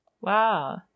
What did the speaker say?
Wow